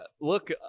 look